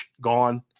gone